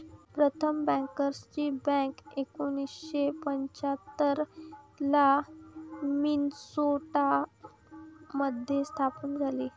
प्रथम बँकर्सची बँक एकोणीसशे पंच्याहत्तर ला मिन्सोटा मध्ये स्थापन झाली